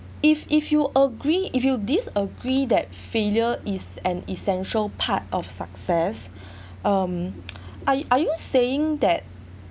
if if you agree if you disagree that failure is an essential part of success um are are you saying that